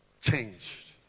changed